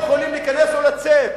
הם לא יכולים להיכנס או לצאת.